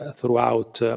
throughout